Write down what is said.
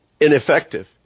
ineffective